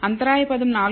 అంతరాయ పదం 4